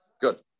Good